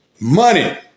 Money